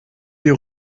die